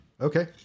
okay